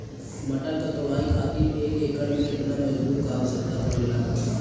मटर क तोड़ाई खातीर एक एकड़ में कितना मजदूर क आवश्यकता पड़ेला?